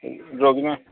ରୋଗୀ